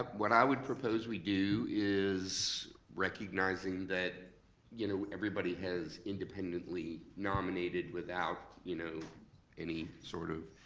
what i would propose we do is recognizing that you know everybody has independently nominated without you know any sort of,